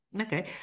Okay